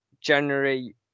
January